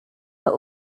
are